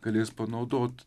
galės panaudot